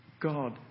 God